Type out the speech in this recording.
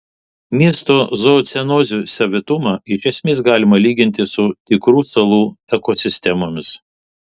miesto zoocenozių savitumą iš esmės galima lyginti su tikrų salų ekosistemomis